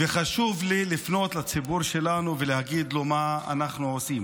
וחשוב לי לפנות לציבור שלנו ולהגיד לו מה אנחנו עושים.